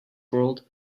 world